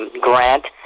grant